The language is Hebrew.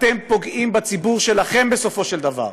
בכך אתם פוגעים בציבור שלכם, בסופו של דבר.